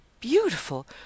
beautiful